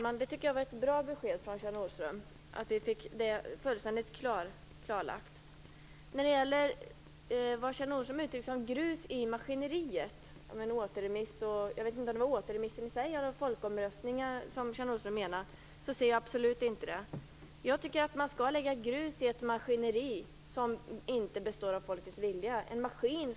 Herr talman! Jag tycker att det var ett bra och fullständigt klarläggande besked från Kjell Nordström. Kjell Nordström talade om "grus i maskineriet". Jag vet inte om det var återremissen som sådan eller folkomröstningen som Kjell Nordström syftade på. Jag ser saken absolut inte på det sättet. Jag tycker att man skall kasta grus i ett maskineri som inte är uttryck för folkets vilja.